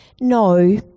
no